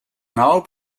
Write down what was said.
now